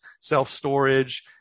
self-storage